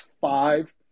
five